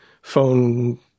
Phone